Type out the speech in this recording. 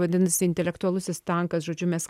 vadinasi intelektualusis tankas žodžiu mes